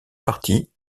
partie